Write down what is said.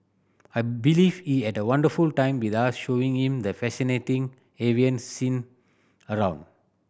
I believe he had a wonderful time with us showing him the fascinating avian scene around